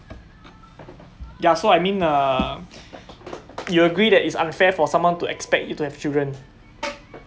ya so I mean uh you agree that is unfair for someone to expect you have children um